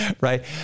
right